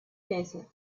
desert